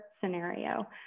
scenario